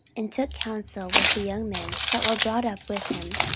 and took counsel with the young men that were brought up with him,